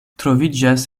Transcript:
troviĝas